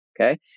Okay